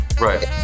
Right